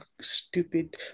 Stupid